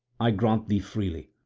i grant thee freely,